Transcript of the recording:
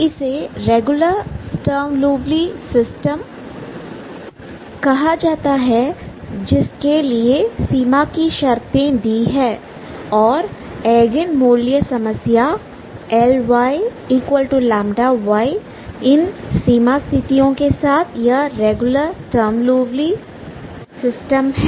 इसे regular Sturm Liouville system कह जाता है जिसके लिए सीमा की शर्तें दी है यह एगेन मूल्य समस्याLy λy इन सीमा स्थितियों के साथ यह रेगुलर स्टर्म लिउविल सिस्टम है